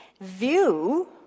view